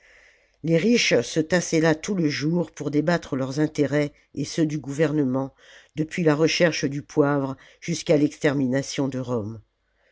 les riches se tassaient là tout le jour pour débattre leurs intérêts et ceux du gouvernement depuis la recherche du poivre jusqu'à l'extermination de rome